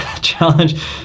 challenge